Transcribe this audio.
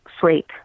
sleep